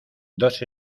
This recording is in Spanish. dos